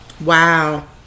Wow